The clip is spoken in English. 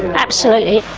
absolutely.